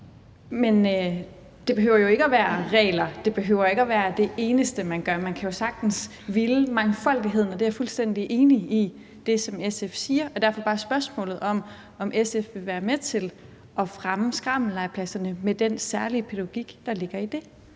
Men det behøver jo ikke at være regler; det behøver ikke at være det eneste, man gør. Man kan jo sagtens ville mangfoldigheden, og det, som SF siger, er jeg fuldstændig enig i, og derfor har jeg bare spørgsmålet om, om SF vil være med til at fremme skrammellegepladserne med den særlig pædagogik, der ligger i det.